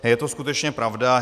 Je to skutečně pravda.